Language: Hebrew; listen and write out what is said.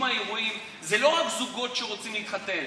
האירועים זה לא רק זוגות שרוצים להתחתן.